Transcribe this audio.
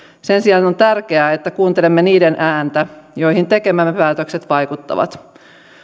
sen sijaan on tärkeää että kuuntelemme niiden ääntä joihin tekemämme päätökset vaikuttavat